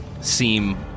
seem